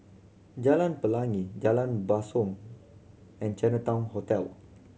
Jalan Pelangi Jalan Basong and Chinatown Hotel